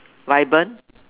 vibe